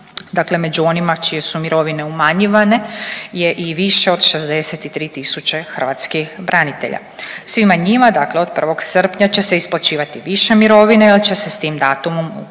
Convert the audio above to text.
Dakle među onima čije su mirovine umanjivane je i više od 63000 hrvatskih branitelja. Svima njima, dakle od 1. srpnja će se isplaćivati više mirovine jer će se s tim datumom ukinuti